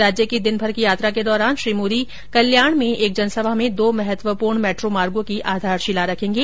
राज्य की दिनभर की यात्रा के दौरान श्री मोदी कल्याण में एक जनसभा में दो महत्वपूर्ण मेट्रो मार्गो की आधारशिला रखेंगे